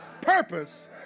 purpose